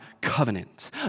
covenant